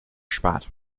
spart